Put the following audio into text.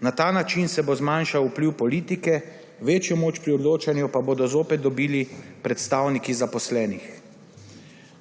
Na ta način se bo zmanjšal vpliv politike, večjo moč pri odločanju pa bodo zopet dobili predstavniki zaposlenih.